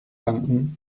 banken